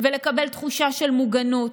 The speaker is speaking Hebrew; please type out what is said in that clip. ולקבל תחושה של מוגנות,